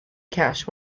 cash